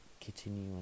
continue